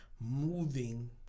moving